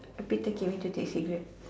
okay take away to take a cigarette